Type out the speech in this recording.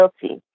guilty